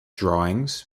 drawings